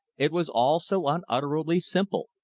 it was all so unutterably simple,